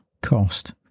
cost